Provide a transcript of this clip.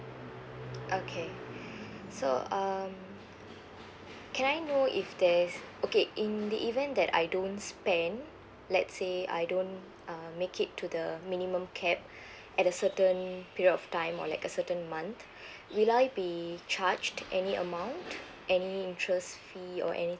okay so um can I know if there's okay in the even that I don't spend let's say I don't uh make it to the minimum cap at a certain um period of time or like a certain month you guys be charged any um any interest fee or any